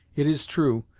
it is true,